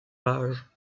mages